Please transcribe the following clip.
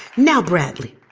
now, bradley,